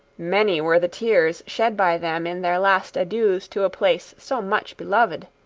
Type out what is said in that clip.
many were the tears shed by them in their last adieus to a place so much beloved.